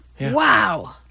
Wow